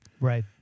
Right